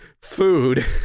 food